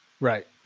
Right